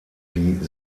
die